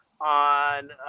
on